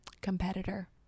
competitor